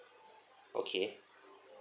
okay